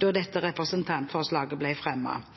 da dette representantforslaget ble fremmet.